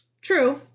True